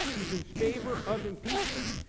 he's in favor of impeachment,